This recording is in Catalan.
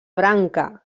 branca